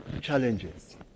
challenges